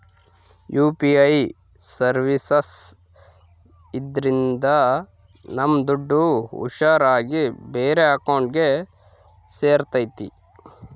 UPI services ಇದ್ರಿಂದ ನಮ್ ದುಡ್ಡು ಹುಷಾರ್ ಆಗಿ ಬೇರೆ ಅಕೌಂಟ್ಗೆ ಸೇರ್ತೈತಿ